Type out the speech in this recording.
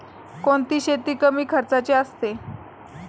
कोणती शेती कमी खर्चाची असते?